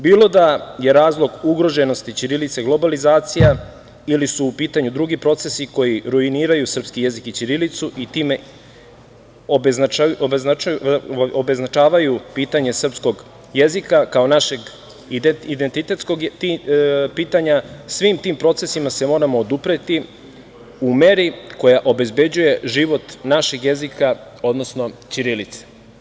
Bilo da je razlog ugroženosti ćirilice globalizacija ili su u pitanju drugi procesi koji ruiniraju srpski jezik i ćirilicu i time obeznačavaju pitanje srpskog jezika kao našeg identitetskog pitanja, svim tim procesima se moramo odupreti u meri koja obezbeđuje život našeg jezika, odnosno ćirilice.